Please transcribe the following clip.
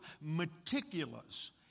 meticulous